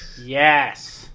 yes